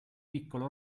piccolo